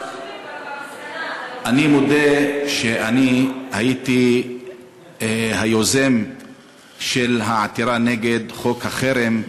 אני מודה שאני הייתי היוזם של העתירה נגד חוק החרם,